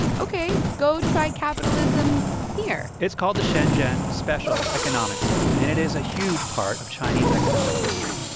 ok, go try capitalism here it's called the shenzhen special economic zone, and it is a huge part of chinese economic history.